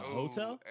hotel